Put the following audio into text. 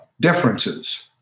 differences